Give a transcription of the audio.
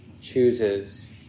chooses